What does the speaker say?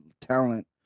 talent